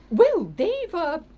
well, they've, ah